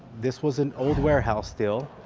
this was an old warehouse still.